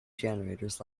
generators